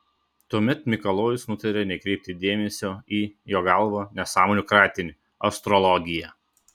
tuomet mikalojus nutarė nekreipti dėmesio į jo galva nesąmonių kratinį astrologiją